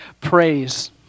praise